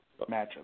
matchup